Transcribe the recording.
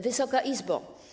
Wysoka Izbo!